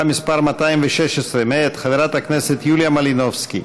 מס' 216 מאת חברת הכנסת יוליה מלינובסקי.